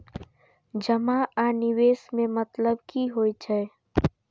जमा आ निवेश में मतलब कि होई छै?